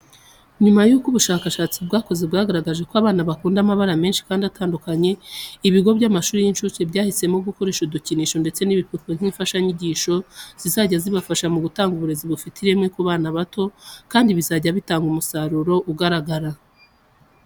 Nyuma yuko ubushakashatsi bwakozwe bwagaragaje ko abana bakunda amabara menshi kandi atandukanye, ibigo by'amashuri y'incuke byahisemo gukoresha udukinisho, ndetse n'ibipupe nk'imfashanyigisho zizajya zibafasha mu gutanga uburezi bufite ireme ku bana bato kandi bizajya bitanga umusaruro ugaragara.